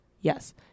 Yes